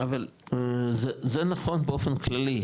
אבל זה נכון באופן כללי,